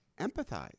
empathize